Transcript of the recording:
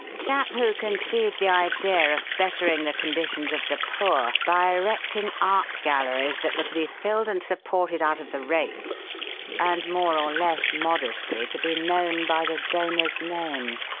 chap who conceived the idea of bettering the conditions of the poor by erecting art galleries that were to be filled and supported out of the rates and, more or less modestly, to be known by the donor's name.